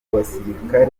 basirikare